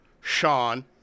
Sean